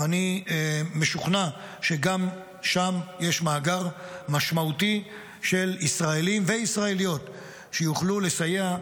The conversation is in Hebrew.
ואני משוכנע שגם שם יש מאגר משמעותי של ישראלים וישראליות שיוכלו לסייע,